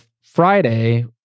Friday